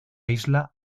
isla